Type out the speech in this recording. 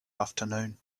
afternoon